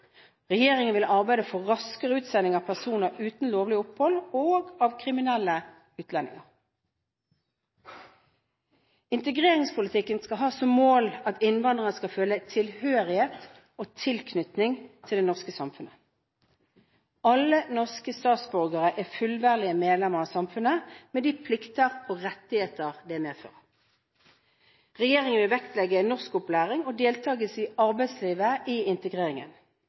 Regjeringen vil arbeide for raskere utsending av personer uten lovlig opphold og av kriminelle utlendinger. Integreringspolitikken skal ha som mål at innvandrere skal føle tilhørighet og tilknytning til det norske samfunnet. Alle norske statsborgere er fullverdige medlemmer av samfunnet med de plikter og rettigheter det medfører. Regjeringen vil vektlegge norskopplæring og deltagelse i arbeidslivet i integreringen.